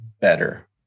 better